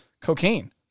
cocaine